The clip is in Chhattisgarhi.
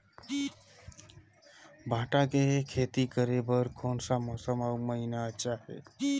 भांटा के खेती करे बार कोन सा मौसम अउ महीना अच्छा हे?